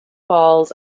balls